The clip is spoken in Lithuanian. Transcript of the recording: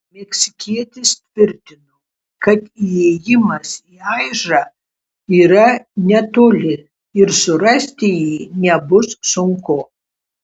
meksikietis tvirtino kad įėjimas į aižą yra netoli ir surasti jį nebus sunku